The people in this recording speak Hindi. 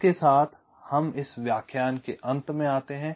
इसके साथ हम इस व्याख्यान के अंत में आते हैं